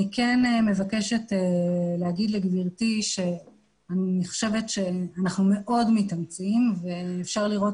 אני כן מבקשת לומר לגברתי שאני חושבת שאנחנו מאוד מתאמצים ואפשר לראות